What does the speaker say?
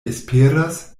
esperas